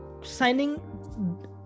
signing